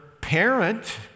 parent